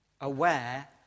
aware